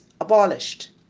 abolished